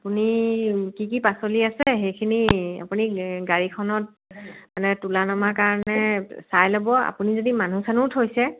আপুনি কি কি পাচলি আছে সেইখিনি আপুনি গাড়ীখনত মানে তোলা নমা কাৰণে চায় ল'ব আপুনি যদি মানুহ চানুহ থৈছে